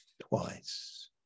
twice